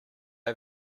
are